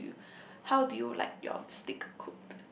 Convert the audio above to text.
how do how do you like your steak cooked